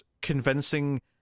convincing